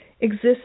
exists